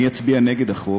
אני אצביע נגד החוק,